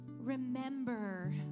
remember